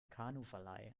kanuverleih